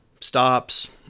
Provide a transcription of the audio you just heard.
stops